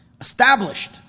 established